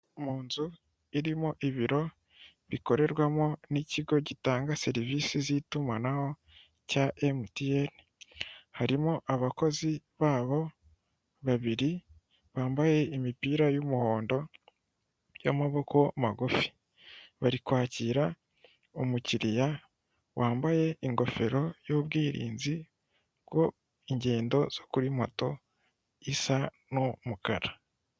Mu nzu irimo ibiro bikorerwamo nikigo gitanga serivisi z'itumanaho cya Emutiyene, harimo abakozi babo babiri bambaye imipira y'umuhondo y'amaboko magufi, bari kwakira umukiriya wambaye ingofero y'ubwirinzi bwo ingendo zo kuri moto isa n'umukara.